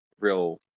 real